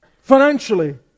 financially